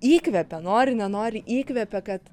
įkvepia nori nenori įkvepia kad